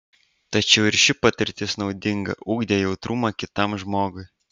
tačiau ir ši patirtis naudinga ugdė jautrumą kitam žmogui